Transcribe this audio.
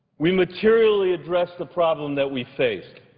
we materially addressed the problem that we faced.